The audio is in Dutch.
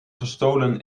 gestolen